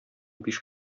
биш